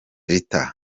rita